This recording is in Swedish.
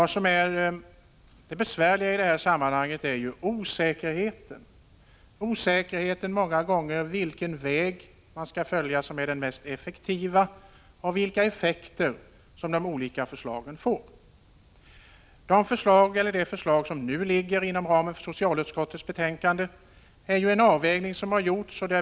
Det besvärliga i detta sammanhang är osäkerheten — osäkerheten om vilken väg som är den mest effektiva och vilka effekter de olika förslagen får. Det förslag som nu ligger inom ramen för socialutskottets betänkande är en avvägning som gjorts.